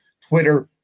Twitter